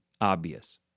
obvious